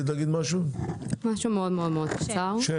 אני מנכ"לית הלובי הציבורי "האינטרס שלנו".